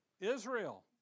Israel